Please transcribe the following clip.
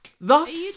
Thus